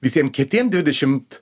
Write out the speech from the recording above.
visiem kitiem dvidešimt